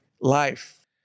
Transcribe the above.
life